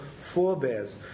forebears